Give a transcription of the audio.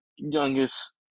Youngest